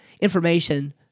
information